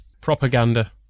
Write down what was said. Propaganda